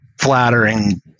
flattering